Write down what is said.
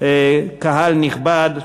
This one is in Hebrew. קהל נכבד,